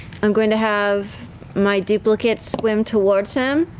i'm going to have my duplicate swim towards him.